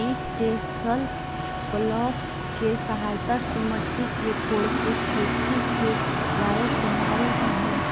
ई chisel plough के सहायता से मट्टी के कोड़के खेती के लायक बनावल जा हई